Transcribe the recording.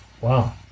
Wow